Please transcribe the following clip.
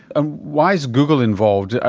ah why is google involved?